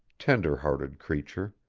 tender-hearted creature